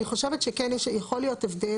אני חושבת שכן יש, יכול להיות הבדל.